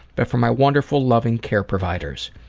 but for my wonderful loving care providers.